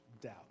doubt